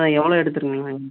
அதான் எவ்வளோ எடுந்துருந்திங்க